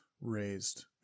raised